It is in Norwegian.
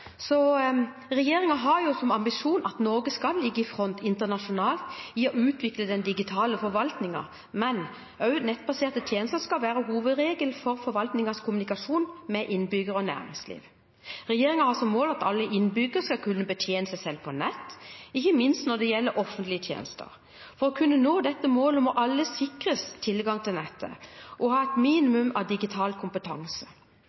som ambisjon at Norge skal ligge i front internasjonalt i å utvikle den digitale forvaltningen, og nettbaserte tjenester skal være hovedregelen for forvaltningens kommunikasjon med innbyggere og næringsliv. Regjeringen har som mål at alle innbyggere skal kunne betjene seg selv på nett, ikke minst når det gjelder offentlige tjenester. For å kunne nå dette målet må alle sikres tilgang til nett og ha et